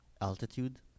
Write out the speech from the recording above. Altitude